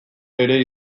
ere